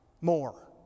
More